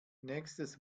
nächstes